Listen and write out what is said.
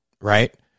Right